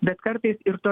bet kartais ir to